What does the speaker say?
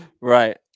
right